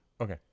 Okay